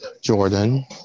Jordan